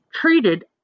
treated